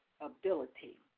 ability